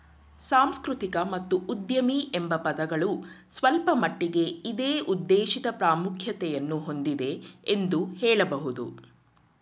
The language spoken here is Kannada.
ಸಾಂಸ್ಕೃತಿಕ ಮತ್ತು ಉದ್ಯಮಿ ಎಂಬ ಪದಗಳು ಸ್ವಲ್ಪಮಟ್ಟಿಗೆ ಇದೇ ಉದ್ದೇಶಿತ ಪ್ರಾಮುಖ್ಯತೆಯನ್ನು ಹೊಂದಿದೆ ಎಂದು ಹೇಳಬಹುದು